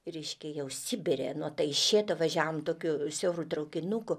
reiškia jau sibire nuo taišeto važiavom tokiu siauru traukinuku